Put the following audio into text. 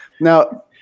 Now